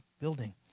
building